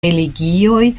religioj